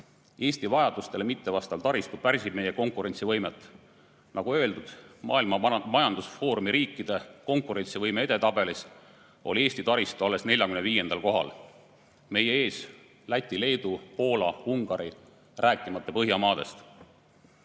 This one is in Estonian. Eesti vajadustele mittevastav taristu pärsib meie konkurentsivõimet. Nagu öeldud, Maailma Majandusfoorumi riikide konkurentsivõime edetabelis oli Eesti taristu alles 45. kohal, meist ees on Läti, Leedu, Poola, Ungari, rääkimata Põhjamaadest. Uued